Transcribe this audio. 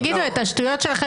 את השטויות שלכם